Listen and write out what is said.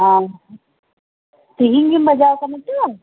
ᱚᱻ ᱛᱤᱦᱤᱧ ᱜᱮᱢ ᱵᱟᱡᱟᱣ ᱟᱠᱟᱱᱟ ᱛᱚ